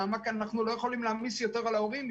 הסיבה היא שאנחנו לא יכולים להעמיס יותר על ההורים.